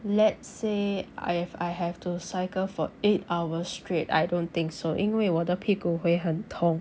let's say I have I have to cycle for eight hours straight I don't think so 因为我的屁股会很痛